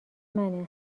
منه